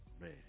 Man